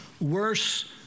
worse